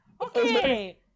Okay